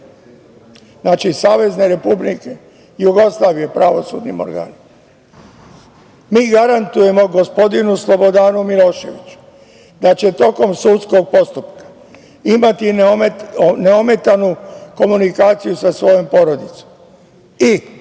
Znači, Savezne Republike Jugoslavije, pravosudnim organima. Mi garantujemo gospodinu Slobodanu Miloševiću da će tokom sudskog postupka imati neometanu komunikaciju sa svojom porodicom